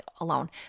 alone